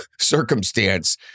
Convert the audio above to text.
circumstance